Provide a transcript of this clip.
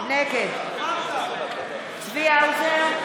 נגד צבי האוזר,